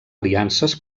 aliances